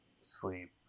sleep